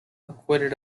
acquitted